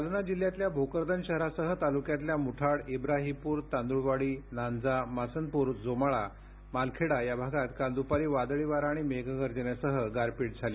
जालना जिल्ह्यातल्या भोकरदन शहरासह तालुक्यातल्या मुठाड इब्राहीपूर तांदुळवाडीनांजा मासनपूर जोमाळा मालखेडा सुभानपूर या भागात काल दुपारी वादळी वारा आणि मेघगर्जनेसह गारपीट झाली